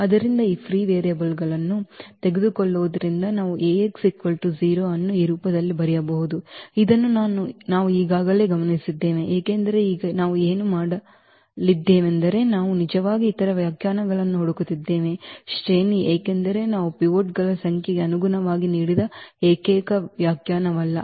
ಆದ್ದರಿಂದ ಈ free variable ಗಳನ್ನು ತೆಗೆದುಕೊಳ್ಳುವುದರಿಂದ ನಾವು ಈ ಅನ್ನು ಈ ರೂಪದಲ್ಲಿ ಬರೆಯಬಹುದು ಇದನ್ನು ನಾವು ಈಗಾಗಲೇ ಗಮನಿಸಿದ್ದೇವೆ ಏಕೆಂದರೆ ಈಗ ನಾವು ಏನು ಮಾಡಲಿದ್ದೇವೆಂದರೆ ನಾವು ನಿಜವಾಗಿ ಇತರ ವ್ಯಾಖ್ಯಾನಗಳನ್ನು ಹುಡುಕುತ್ತಿದ್ದೇವೆ ಶ್ರೇಣಿ ಏಕೆಂದರೆ ನಾವು ಪಿವೋಟ್ಗಳ ಸಂಖ್ಯೆಗೆ ಅನುಗುಣವಾಗಿ ನೀಡಿದ ಏಕೈಕ ವ್ಯಾಖ್ಯಾನವಲ್ಲ